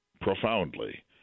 profoundly